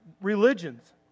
religions